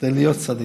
כדי להיות צדיק.